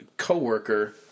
co-worker